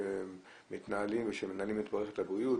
שמתנהלים ושמנהלים את מערכת הבריאות,